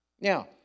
Now